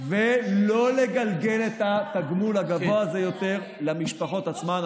ולא לגלגל את התגמול הגבוה יותר הזה למשפחות עצמן,